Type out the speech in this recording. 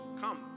come